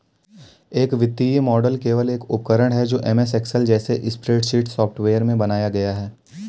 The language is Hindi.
एक वित्तीय मॉडल केवल एक उपकरण है जो एमएस एक्सेल जैसे स्प्रेडशीट सॉफ़्टवेयर में बनाया गया है